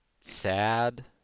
sad